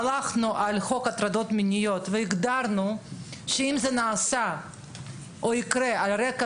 הלכנו על חוק הטרדות והגדרנו שאם זה נעשה או יקרה על רקע